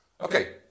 Okay